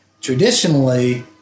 traditionally